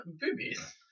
Boobies